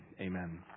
Amen